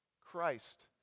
Christ